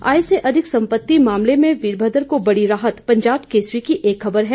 आय से अधिक संपत्ति मामले में वीरमद्र को बड़ी राहत पंजाब केसरी की एक खबर है